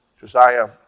Josiah